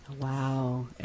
Wow